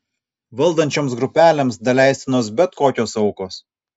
valdančioms grupelėms daleistinos bet kokios aukos